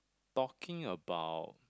talking about